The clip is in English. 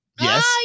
Yes